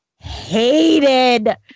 hated